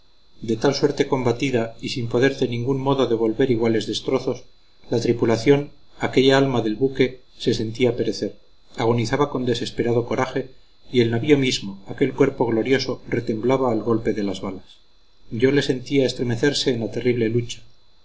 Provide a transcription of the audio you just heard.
de tal suerte combatida y sin poder de ningún modo devolver iguales destrozos la tripulación aquella alma del buque se sentía perecer agonizaba con desesperado coraje y el navío mismo aquel cuerpo glorioso retemblaba al golpe de las balas yo le sentía estremecerse en la terrible lucha